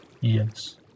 Yes